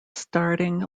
starting